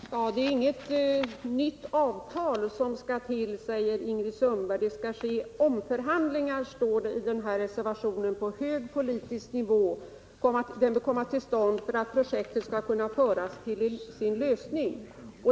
Herr talman! Det är inget nytt avtal som skall till, säger Ingrid Sundberg. Det skall bli, står det i reservationen, ”omförhandlingar på hög politisk nivå”. De bör ”komma till stånd för att projektet skall kunna föras till en lösning”.